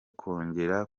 kongera